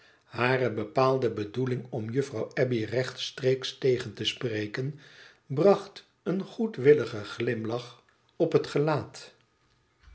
hare bepaalde bedoeling om juffrouw abbey rechtstreeks tegen te spreken bracht een goedwüligen glimlach op het gelaat